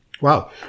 Wow